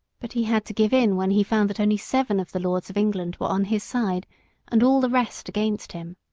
but he had to give in when he found that only seven of the lords of england were on his side and all the rest against him.